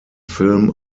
film